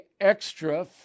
extra